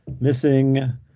missing